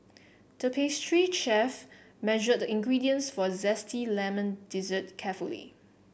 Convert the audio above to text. the pastry chef measured the ingredients for a zesty lemon dessert carefully